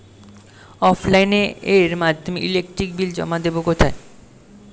অফলাইনে এর মাধ্যমে ইলেকট্রিক বিল জমা দেবো কোথায়?